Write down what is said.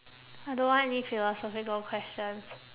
I don't want any philosophical questions